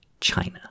China